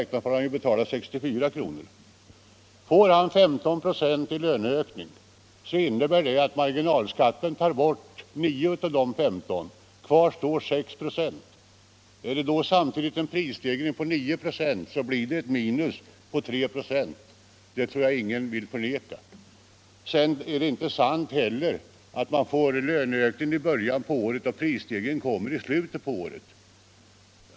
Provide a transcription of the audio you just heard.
Får han 15 96 i löneökning, tar marginalskatten bort 9 av dessa 15 96, och kvar står 6 96. Är det samtidigt en prisstegring på 9 96, så blir det ett minus på 3 96. Det tror jag ingen vill förneka. Det är inte heller sant att man får löneökningen i början av året medan prisstegringen kommer i slutet av året.